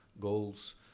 goals